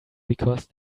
because